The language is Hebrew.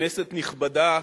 כנסת נכבדה,